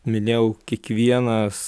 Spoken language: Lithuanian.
minėjau kiekvienas